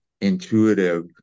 intuitive